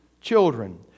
children